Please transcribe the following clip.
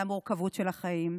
מהמורכבות של החיים,